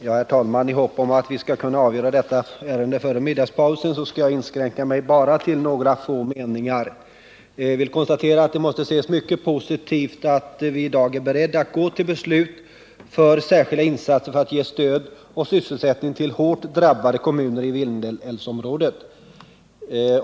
Herr talman! I hopp om att vi skall kunna avgöra det här ärendet före middagspausen skall jag inskränka mig till några få meningar. Jag vill konstatera att det måste ses som något mycket positivt att vi i dag är beredda att gå till beslut om särskilda insatser för att ge stöd och sysselsättning åt hårt drabbade kommuner i Vindelälvsområdet.